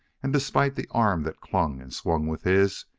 and, despite the arm that clung and swung with his,